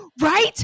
Right